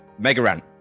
Megaran